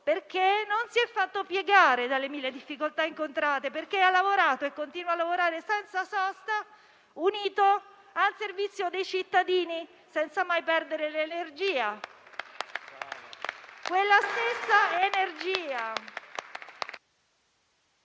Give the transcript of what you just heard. perché non si è fatto piegare dalle mille difficoltà incontrate, perché ha lavorato e continua a lavorare senza sosta, unito, al servizio dei cittadini, senza mai perdere l'energia. Quella stessa energia